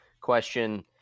question